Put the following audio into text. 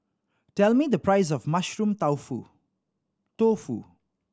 tell me the price of Mushroom Tofu